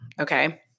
okay